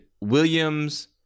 Williams